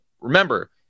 remember